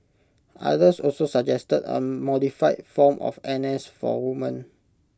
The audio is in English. others also suggested A modified form of N S for women